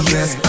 Yes